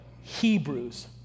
Hebrews